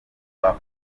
rwa